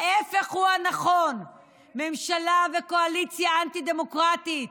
ההפך הוא הנכון, ממשלה וקואליציה אנטי-דמוקרטית.